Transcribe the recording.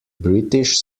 british